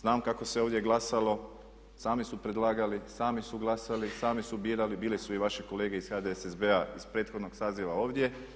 znam kako se ovdje glasalo, sami su predlagali, sami su glasali, sami su birali, bili su i vaši kolege iz HDSSB-a iz prethodnog saziva ovdje.